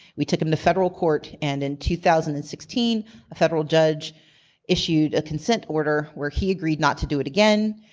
we took him to federal court, and in two thousand and sixteen a federal judge issued a consent order where he agreed not to do it again.